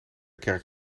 kerk